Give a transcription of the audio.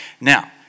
Now